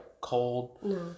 cold